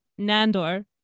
Nandor